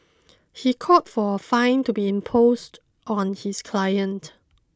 he called for a fine to be imposed on his client